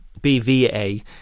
BVA